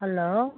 hello